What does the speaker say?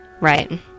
Right